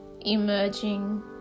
emerging